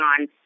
on